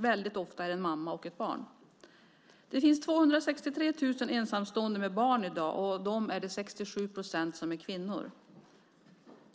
Väldigt ofta är det en mamma och ett barn. Det finns 263 000 ensamstående med barn i dag, och av dem är 67 procent kvinnor.